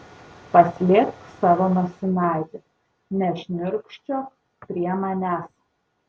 paslėpk savo nosinaitę nešniurkščiok prie manęs